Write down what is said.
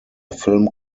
film